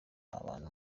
abantu